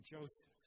Joseph